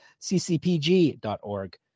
ccpg.org